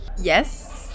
Yes